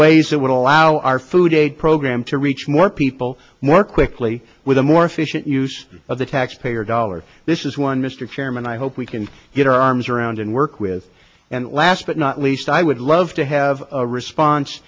ways that would allow our food aid program to reach more people more quickly with a more efficient use of the taxpayer dollars this is one mr chairman i hope we can get our arms around and work with and last but not least i would love to have a response